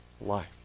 life